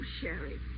Sherry